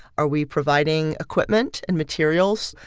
are we providing equipment and materials?